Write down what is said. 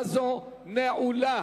לוועדת המדע והטכנולוגיה.